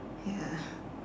ya